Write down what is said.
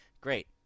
Great